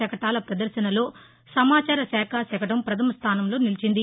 శకటాల వదర్భనలో నమాచార శాఖ శకటం వధమస్థానంలో నిలిచింది